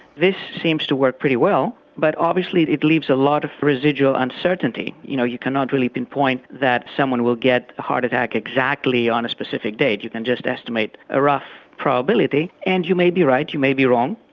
this seems to work pretty well but obviously it it leaves a lot of residual uncertainty. you know you cannot really pinpoint that someone will get a heart attack exactly on a specific date, you can just estimate a rough probability and you may be right, you may be wrong.